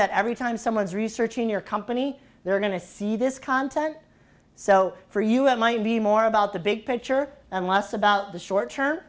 that every time someone's researching your company they're going to see this content so for you have might be more about the big picture and less about the short term